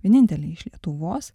vieninteliai iš lietuvos